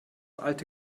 alte